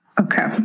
okay